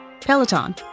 Peloton